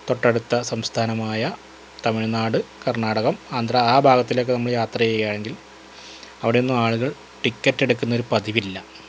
തൊട്ടടുത്ത സംസ്ഥാനമായ തമിഴ്നാട് കർണാടകം ആന്ധ്ര ആ ഭാഗത്തിലൊക്കെ നമ്മള് യാത്ര ചെയ്യുകയായെങ്കിൽ അവിടെയൊന്നും ആളുകൾ ടിക്കറ്റ് എടുക്കുന്നൊരു പതിവില്ല